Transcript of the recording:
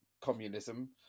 communism